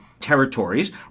territories